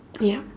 yup